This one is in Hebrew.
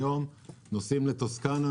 היום נוסעים לטוסקנה,